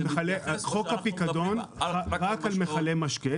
חוק הפיקדון הוא רק על מכלי משקה.